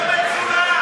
זה לא מצולם.